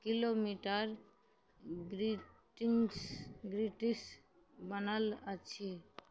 kilometre greetings ग्रिटिश बनल अछि